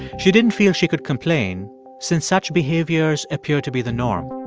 she didn't feel she could complain since such behaviors appear to be the norm.